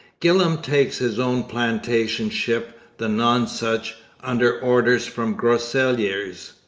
gillam takes his own plantation ship, the nonsuch, under orders from groseilliers.